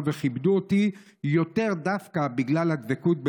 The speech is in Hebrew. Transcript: וכיבדו אותי יותר דווקא בגלל הדבקות באמונה,